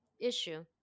issue